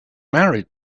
married